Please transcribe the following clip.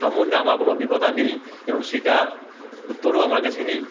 সম্বন্ধে আমার কোনো অভিজ্ঞতা নেই এবং সেটা উত্তরও আমার কাছে নেই